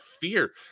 fear